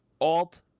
alt